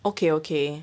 okay okay